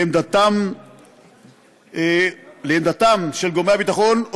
לעמדתם של גורמי הביטחון,